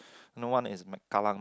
no one is Mac Kallang